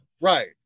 Right